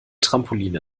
trampoline